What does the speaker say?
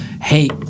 hey